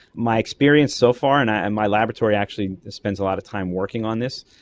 my experience so far, and and my laboratory actually spends a lot of time working on this,